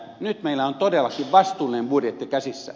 nyt meillä on todellakin vastuullinen budjetti käsissä